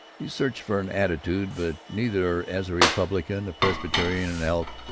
he searched for an attitude, but neither as a republican, a presbyterian, an elk,